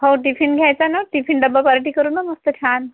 हो टिफिन घ्यायचा ना टिफिन डबा पार्टी करू ना मस्त छान